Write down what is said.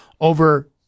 over